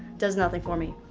does nothing for me.